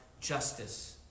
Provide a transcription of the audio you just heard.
justice